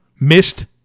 missed